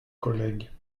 collègue